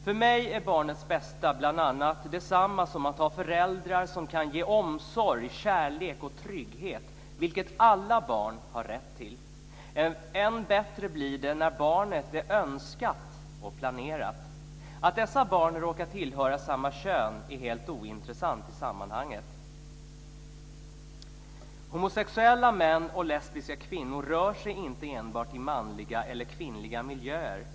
För mig är barnets bästa bl.a. detsamma som att ha föräldrar som kan ge omsorg, kärlek och trygghet, vilket alla barn har rätt till. Än bättre blir det när barnet är önskat och planerat. Att dessa vuxna råkar tillhöra samma kön är helt ointressant i sammanhanget. Homosexuella män och lesbiska kvinnor rör sig inte enbart i manliga eller kvinnliga miljöer.